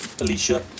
Alicia